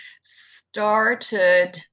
started